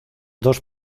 dos